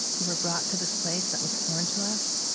we were brought to this place that was foreign to us,